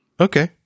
Okay